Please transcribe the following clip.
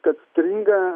kad stringa